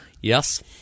Yes